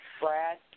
Brad